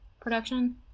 production